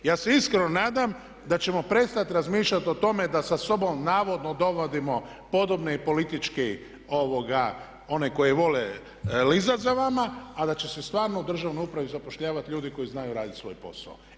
Ja se iskreno nadam da ćemo prestati razmišljati o tome da sa sobom navodno dovodimo podobne i politički one koji vole lizati za vama a da će se stvarno u državnoj upravi zapošljavati ljude koji znaju raditi svoj posao.